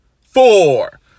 four